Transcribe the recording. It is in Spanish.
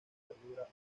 perdura